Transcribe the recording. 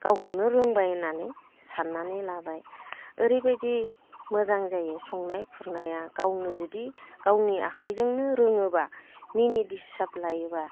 गावखौनो रोंबाय होननानै साननानै लाबाय ओरैबायदि मोजां जायो संनाय खुरनाया गावनो जुदि गावनि आखाइजोंनो रोङोब्ला मिनिट हिसाब लायोब्ला